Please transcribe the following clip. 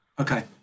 Okay